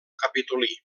capitolí